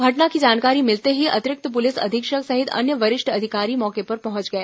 घटना की जानकारी मिलते ही अतिरिक्त पुलिस अधीक्षक सहित अन्य वरिष्ठ अधिकारी मौके पर पहुंच गए